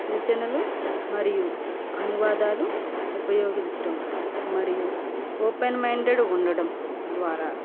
సూచనలు మరియు అనువాదాలు ఉపయోగించడం మరియు ఓపెన్ మైండెడ్గా ఉండడం ద్వారా